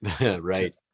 Right